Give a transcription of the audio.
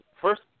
first